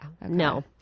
No